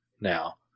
now